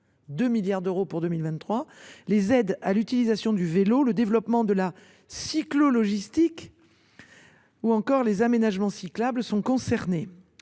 2 milliards d’euros pour 2023, les aides à l’utilisation du vélo, le développement de la cyclologistique ou encore les aménagements cyclables sont concernés.